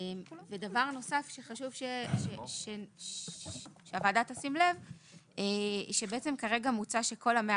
דבר נוסף שחשוב שהוועדה תשים לב הוא שכרגע מוצע שכל ה-100